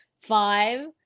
five